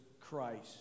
Christ